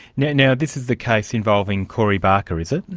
you know this is the case involving corey barker, is it?